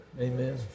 Amen